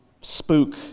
spook